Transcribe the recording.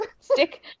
stick